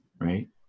right